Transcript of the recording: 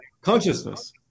consciousness